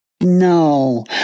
No